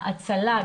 ההצלה,